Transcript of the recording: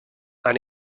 han